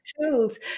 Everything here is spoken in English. tools